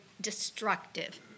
destructive